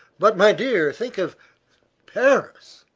but, my dear, think of paris,